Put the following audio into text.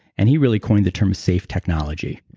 and he really coined the term safe technology.